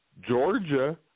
Georgia